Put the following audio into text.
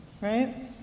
right